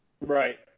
Right